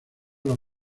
los